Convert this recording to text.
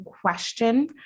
question